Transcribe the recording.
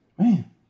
Man